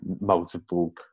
multiple